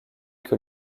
que